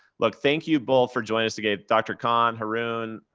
look, thank you both for joining us today. dr. khan, haroon,